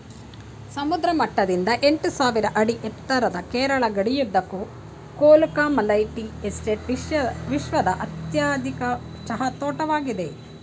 ಸಮುದ್ರ ಮಟ್ಟದಿಂದ ಎಂಟುಸಾವಿರ ಅಡಿ ಎತ್ತರದ ಕೇರಳದ ಗಡಿಯುದ್ದಕ್ಕೂ ಕೊಲುಕುಮಾಲೈ ಟೀ ಎಸ್ಟೇಟ್ ವಿಶ್ವದ ಅತ್ಯಧಿಕ ಚಹಾ ತೋಟವಾಗಿದೆ